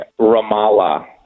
Ramallah